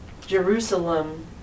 Jerusalem